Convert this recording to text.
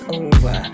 over